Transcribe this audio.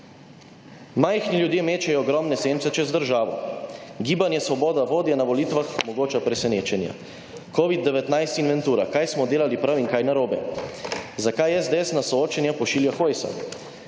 Majhni ljudje mečejo ogromne sence čez državo. Gibanje Svoboda, vodje na volitvah, mogoče presenečenja. Covid-19 inventura, kaj smo delali prav in kaj narobe? Zakaj SDS na soočenja pošilja Hojsa?